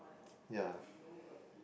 yeah